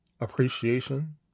appreciation